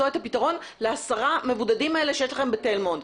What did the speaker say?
את הפתרון לעשרה מבודדים שיש לכם בתל מונד.